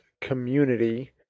community